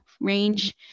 range